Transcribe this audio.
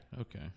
Okay